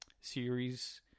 series